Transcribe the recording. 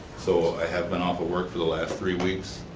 so i have been off of work for the last three weeks,